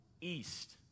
East